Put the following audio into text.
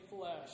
flesh